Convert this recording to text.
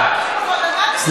אתה יודע כמה עניים יש?